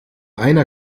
einer